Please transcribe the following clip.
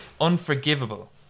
unforgivable